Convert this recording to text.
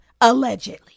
allegedly